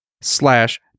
slash